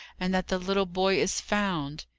and that the little boy is found.